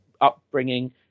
upbringing